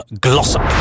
Glossop